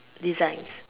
designs